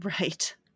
Right